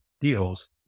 deals